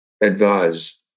advise